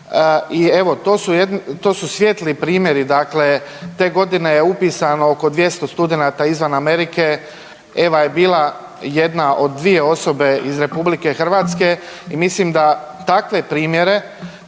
i evo to su svijetli primjeri, dakle te godine je upisano oko 200 studenata izvan Amerike, Eva je bila jedna od dvije osobe iz RH. Mislim da takve primjere